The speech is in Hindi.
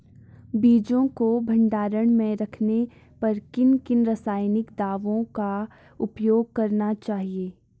बीजों को भंडारण में रखने पर किन किन रासायनिक दावों का उपयोग करना चाहिए?